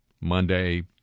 Monday